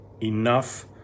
enough